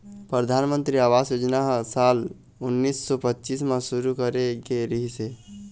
परधानमंतरी आवास योजना ह साल उन्नीस सौ पच्चाइस म शुरू करे गे रिहिस हे